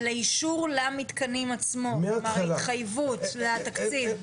לאישור למתקנים עצמו כלומר ההתחייבות לתקציב?